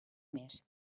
mes